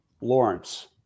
Lawrence